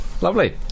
Lovely